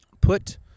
put